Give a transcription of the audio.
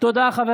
תודה, חבר